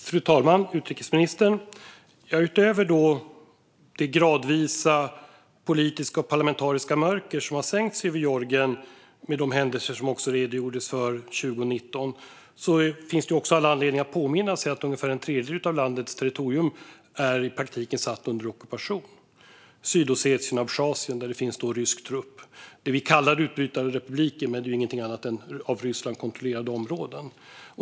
Fru talman och utrikesministern! Utöver det politiska och parlamentariska mörker som gradvis har sänkt sig över Georgien efter de händelser 2019 som redogjordes för finns det all anledning att påminna sig att ungefär en tredjedel av landets territorium i praktiken är satt under ockupation. Sydossetien och Abchazien, där det finns rysk trupp, kallar vi utbrytarrepubliker, men de är ju ingenting annat än av Ryssland kontrollerade områden.